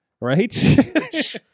Right